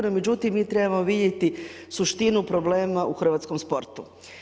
No međutim, mi trebamo vidjeti suštinu problema u hrvatskom sportu.